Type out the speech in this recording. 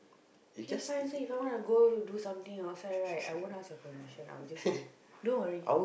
K fine so if I wanna go to do something outside right I won't ask your permission I will just go don't worry